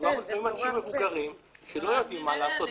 מדובר באנשים מבוגרים שלא יודעים מה לעשות,